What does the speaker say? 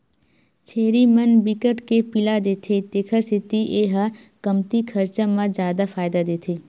छेरी मन बिकट के पिला देथे तेखर सेती ए ह कमती खरचा म जादा फायदा देथे